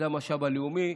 זה המשאב הלאומי.